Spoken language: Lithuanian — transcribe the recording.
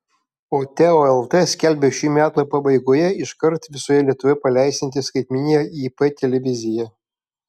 o teo lt skelbia šių metų pabaigoje iškart visoje lietuvoje paleisiantis skaitmeninę ip televiziją